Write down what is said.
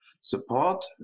support